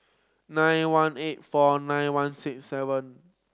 nine one eight four nine one six seven